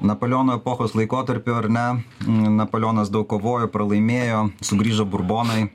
napoleono epochos laikotarpiu ar ne napoleonas daug kovojo pralaimėjo sugrįžo burbonai